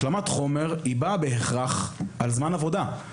השלמת החומר היא באה בהכרח על זמן העבודה של הסטודנטים.